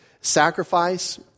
sacrifice